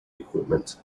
equipment